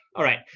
all right,